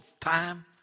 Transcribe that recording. time